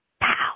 pow